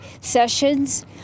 sessions